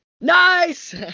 Nice